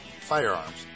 firearms